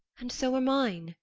and so are mine